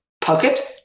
pocket